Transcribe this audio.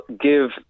give